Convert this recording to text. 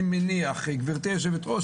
גברתי היושבת-ראש,